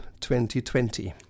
2020